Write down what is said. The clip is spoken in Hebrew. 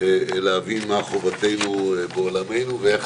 להבין מה חובתנו בעולמנו ואיך